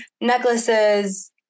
necklaces